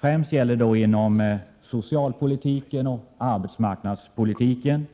Främst gäller det då inom socialpolitiken och arbetsmarknadspolitiken.